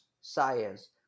science